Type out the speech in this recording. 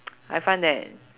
I find that